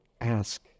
Ask